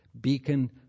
Beacon